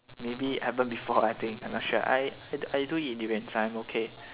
maybe happen before I think I not sure I I do events I'm okay